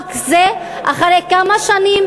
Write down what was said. אחרי כמה שנים,